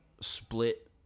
split